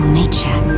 nature